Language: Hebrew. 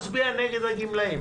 איך אתה מצביע נגד הגמלאים?